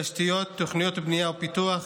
תשתיות, תוכניות בנייה ופיתוח,